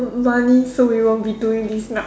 money so we won't be doing this now